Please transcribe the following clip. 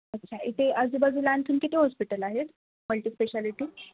अच्छा इथे आजूबाजूला आणखीन किती हॉस्पिटल आहेत मल्टीस्पेशालिटी